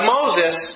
Moses